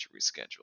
reschedule